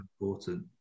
important